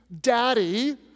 daddy